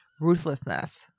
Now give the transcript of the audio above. ruthlessness